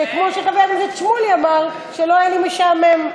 כמו שחבר הכנסת שמולי אמר, שלא יהיה לי משעמם.